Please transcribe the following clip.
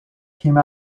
came